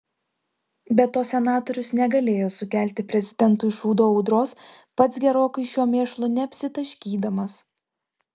be to senatorius negalėjo sukelti prezidentui šūdo audros pats gerokai šiuo mėšlu neapsitaškydamas